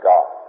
God